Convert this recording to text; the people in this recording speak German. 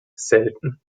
selten